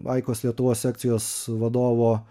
aikos lietuvos sekcijos vadovo